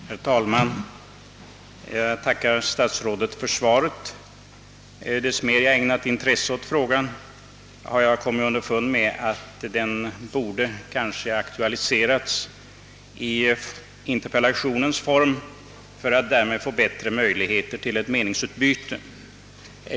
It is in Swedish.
Herr talman! Jag tackar statsrådet för svaret på min fråga. Ju mer intresse jag ägnat åt denna fråga, desto mera har jag kommit underfund med att den kanske borde aktualiserats i interpellationens form för att skapa möjligheter till ett meningsutbyte.